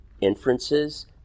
inferences